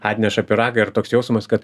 atneša pyragą ir toks jausmas kad